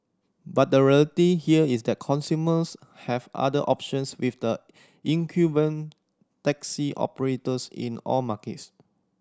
but the reality here is that consumers have other options with the incumbent taxi operators in all markets